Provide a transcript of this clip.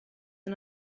and